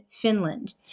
Finland